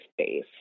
space